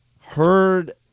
heard